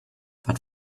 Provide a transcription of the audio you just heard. but